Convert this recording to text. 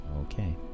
Okay